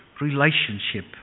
relationship